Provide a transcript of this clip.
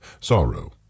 sorrow